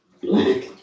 black